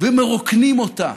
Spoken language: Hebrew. ומרוקנים אותה